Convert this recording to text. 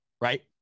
right